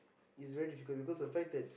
it's very difficult because the fact that